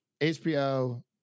hbo